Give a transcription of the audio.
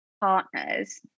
partners